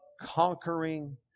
conquering